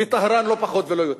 בטהרן, לא פחות ולא יותר,